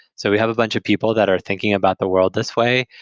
so we have a bunch of people that are thinking about the world this way.